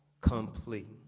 complete